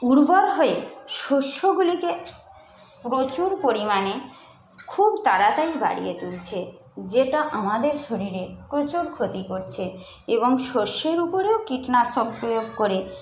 উর্বর হয়ে শস্যগুলিকে প্রচুর পরিমাণে খুব তাড়াতাড়ি বাড়িয়ে তুলছে যেটা আমাদের শরীরে প্রচুর ক্ষতি করছে এবং শস্যের উপরেও কীটনাশক প্রয়োগ করে